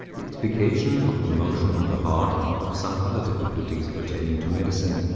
the explication of the motion of the heart and of some other difficulties pertaining to medicine,